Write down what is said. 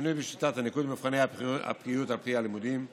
שינוי בשיטת הניקוד למבחני הבקיאות על פי הלימודים לתואר,